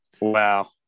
wow